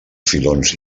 filons